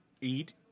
Eat